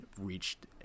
reached